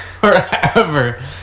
forever